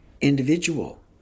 individual